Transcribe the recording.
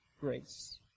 grace